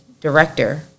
Director